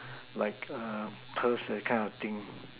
like err pearls that kind of thing